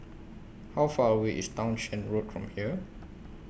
How Far away IS Townshend Road from here